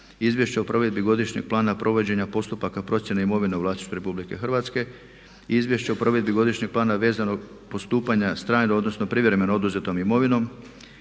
Izvješće o provedbi Godišnjeg plana provođenja postupaka procjene imovine u vlasništvu Republike Hrvatske, Izvješće o provedbi Godišnjeg plana vezanog postupanja s trajno odnosno privremeno oduzetom imovinom